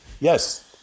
Yes